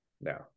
No